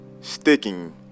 sticking